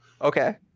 Okay